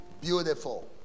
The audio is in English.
Beautiful